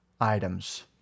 items